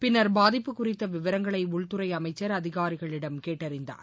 பின்னர் பாதிப்பு குறித்த விவரங்களை உள்துறை அமைச்சர் அதிகாரிகளிடம் கேட்டறிந்தார்